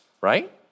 right